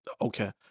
Okay